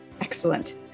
Excellent